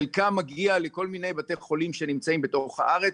חלקם מגיעים לכל מיני בתי חולים שנמצאים בתוך הארץ,